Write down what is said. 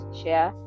share